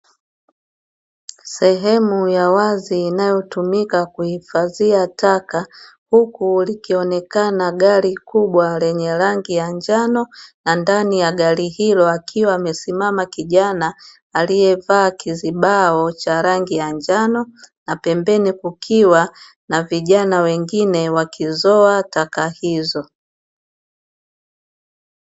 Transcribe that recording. Sehemu ya wazi inayotumika kuhifadhia taka, huku kukionekana gari lenye rangi ya njano na ndani ya gari hilo akiwa amesimama alievaa kizibao cha rangi ya njano na pembeni kukiwa na vijana wengine wakizoa taka hizo.